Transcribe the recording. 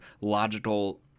logical